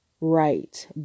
right